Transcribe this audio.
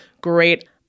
great